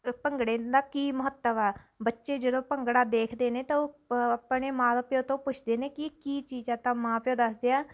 ਭੰਗੜੇ ਦਾ ਕੀ ਮਹੱਤਵ ਆ ਬੱਚੇ ਜਦੋਂ ਭੰਗੜਾ ਦੇਖਦੇ ਨੇ ਤਾਂ ਉਹ ਆਪਣੇ ਮਾਂ ਪਿਓ ਤੋਂ ਪੁੱਛਦੇ ਨੇ ਕੀ ਇਹ ਚੀਜ਼ ਹੈ ਤਾਂ ਮਾਂ ਪਿਓ ਦੱਸਦੇ ਆ